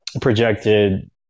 projected